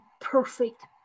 perfect